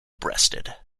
breasted